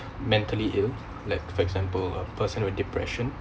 mentally ill let for example uh personal depression